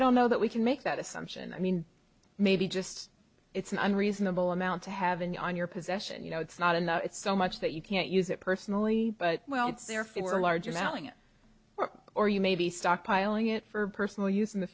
don't know that we can make that assumption i mean maybe just it's an unreasonable amount to have an on your possession you know it's not a no it's so much that you can't use it personally but well it's there for a larger mounting it or you may be stockpiling it for personal use in the